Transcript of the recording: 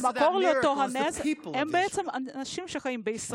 (מחיאות כפיים) המקור לנס זה הוא האנשים שחיים בישראל.